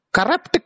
Corrupt